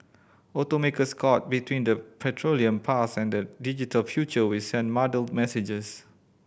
automakers caught between the petroleum past and the digital future will send muddled messages